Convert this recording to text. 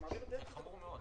זה חמור מאוד.